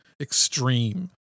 extreme